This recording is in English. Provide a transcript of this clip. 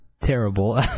terrible